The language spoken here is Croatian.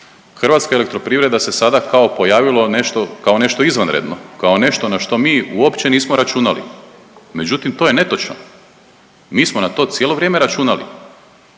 traženja stanki. HEP se sada kao pojavila nešto, kao nešto izvanredno, kao nešto na što mi uopće nismo računali. Međutim, to je netočno. Mi smo na to cijelo vrijeme računali.